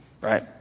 right